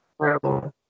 terrible